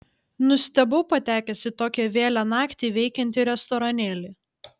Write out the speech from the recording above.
nustebau patekęs į tokią vėlią naktį veikiantį restoranėlį